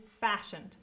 fashioned